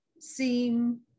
seem